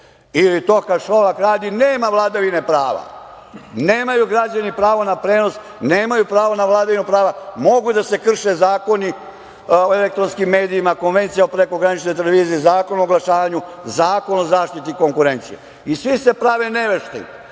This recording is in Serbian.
ili to kad Šolak radi nema vladavine prava? Nemaju građani pravo na prenos, nemaju pravo na vladavinu prava, mogu da se krše zakoni o elektronskim medijima, Konvencija o prekograničnoj televiziji, Zakon o oglašavanju, Zakon o zaštiti konkurencije i svi se prave nevešti.